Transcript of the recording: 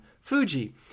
Fuji